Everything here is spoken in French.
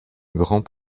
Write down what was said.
grand